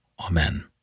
Amen